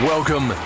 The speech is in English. Welcome